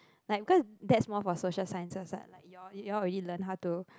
like cause that's more for social science what like you all you all already learn how to